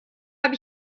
habe